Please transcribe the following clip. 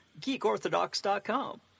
geekorthodox.com